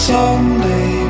Someday